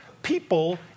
people